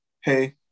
hey